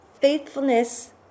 faithfulness